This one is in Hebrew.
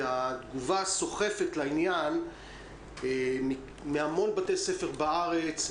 והתגובה הסוחפת לעניין מהמון בתי ספר בארץ,